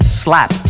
slap